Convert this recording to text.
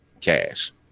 cash